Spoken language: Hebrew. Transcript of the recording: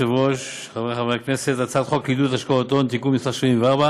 (תיקון מס' 74)